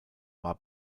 war